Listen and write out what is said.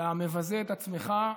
אתה מבזה את עצמך,